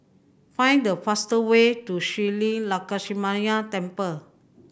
find the fastest way to Shree Lakshminarayanan Temple